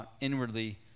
inwardly